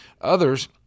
Others